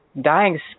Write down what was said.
Dying